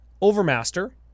Overmaster